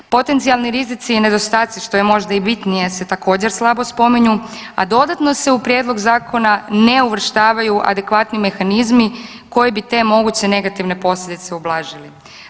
Potencijalni rizici i nedostaci, što je možda i bitnije se također, slabo spominju, a dodatno se u prijedlog zakona ne uvrštavaju adekvatni mehanizmi koji bi te moguće negativne posljedice ublažili.